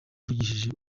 mvugishije